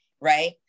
Right